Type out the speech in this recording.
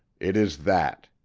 it is that.